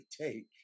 take